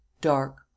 dark